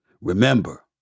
Remember